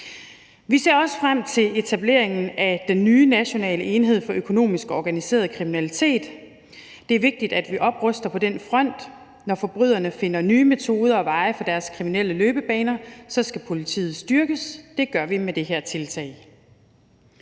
Vi ser også frem til etableringen af den nye nationale enhed for økonomisk organiseret kriminalitet. Det er vigtigt, at vi opruster på den front. Når forbrydere finder nye metoder og veje for deres kriminelle løbebaner, skal politiet styrkes. Det gør vi med det her tiltag.